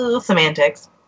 semantics